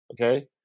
okay